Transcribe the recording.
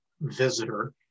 visitor